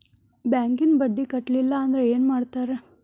ಬ್ಯಾಂಕಿನ ಬಡ್ಡಿ ಕಟ್ಟಲಿಲ್ಲ ಅಂದ್ರೆ ಏನ್ ಮಾಡ್ತಾರ?